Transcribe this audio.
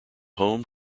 home